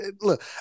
Look